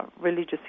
religious